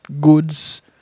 goods